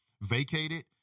vacated